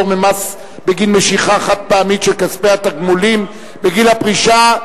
ממס בגין משיכה חד-פעמית של כספי התגמולים בגיל פרישה),